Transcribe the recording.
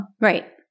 right